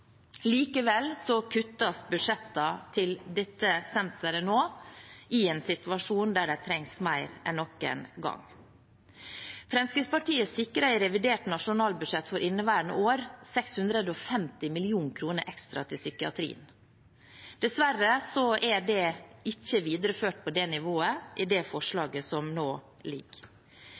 kuttes budsjettene til dette senteret nå, i en situasjon der det trengs mer enn noen gang. Fremskrittspartiet sikret i revidert nasjonalbudsjett for inneværende år 650 mill. kr ekstra til psykiatri. Dessverre er det ikke videreført på det nivået i det forslaget som nå ligger.